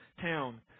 town